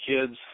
kids